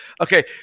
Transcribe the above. Okay